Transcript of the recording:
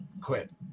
quit